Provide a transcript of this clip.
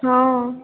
हॅं